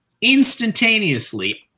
instantaneously